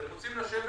אתם רוצים לשבת